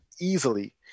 easily